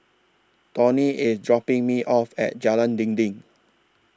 Tawny IS dropping Me off At Jalan Dinding